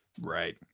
Right